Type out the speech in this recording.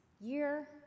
year